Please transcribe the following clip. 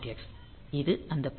X இது அந்த பின்